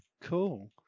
Cool